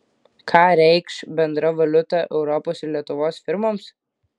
ką reikš bendra valiuta europos ir lietuvos firmoms